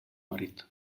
marit